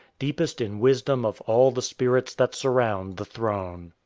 deepest in wisdom of all the spirits that surround the throne.